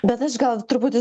bet aš gal truputį